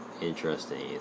interesting